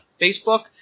Facebook